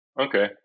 Okay